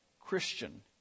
Christian